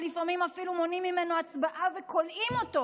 ולפעמים אפילו מונעים ממנו הצבעה וכולאים אותו